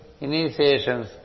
initiations